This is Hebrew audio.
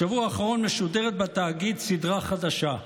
בשבוע האחרון משודרת בתאגיד סדרה חדשה.